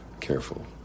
careful